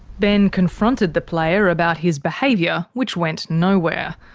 ben confronted the player about his behaviour, which went nowhere.